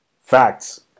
Facts